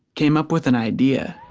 came up with an idea.